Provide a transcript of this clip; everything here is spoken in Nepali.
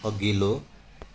अघिल्लो